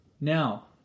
Now